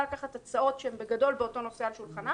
לקחת הצעות שהן בגדול באותו נושא על שולחנה